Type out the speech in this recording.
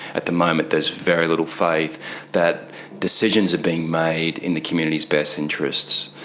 at the moment, there's very little faith that decisions are being made in the community's best interests.